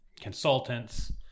consultants